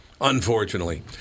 Unfortunately